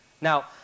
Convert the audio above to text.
Now